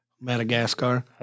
Madagascar